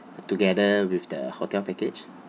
together with the hotel package